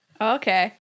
Okay